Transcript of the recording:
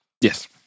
Yes